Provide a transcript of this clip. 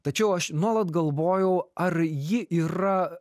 tačiau aš nuolat galvojau ar ji yra